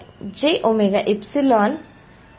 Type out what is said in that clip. d z prime अजूनही आहे तर मी काय म्हणतो ते येथे आहे